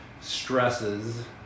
stresses